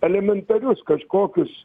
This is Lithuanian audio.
elementarius kažkokius